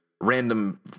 random